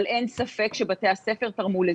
אבל אין ספק שבתי הספר תרמו לזה.